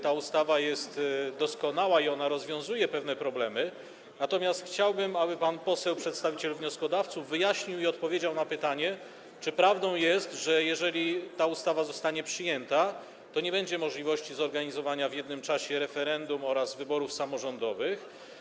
Ta ustawa jest doskonała i ona rozwiązuje pewne problemy, natomiast chciałbym, aby pan poseł przedstawiciel wnioskodawców wyjaśnił i odpowiedział na pytanie: Czy prawdą jest, że jeżeli ta ustawa zostanie przyjęta, to nie będzie możliwości zorganizowania w jednym czasie referendum oraz wyborów samorządowych?